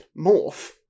morph